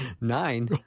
Nine